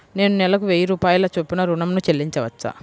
నేను నెలకు వెయ్యి రూపాయల చొప్పున ఋణం ను చెల్లించవచ్చా?